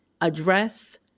address